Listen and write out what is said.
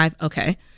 Okay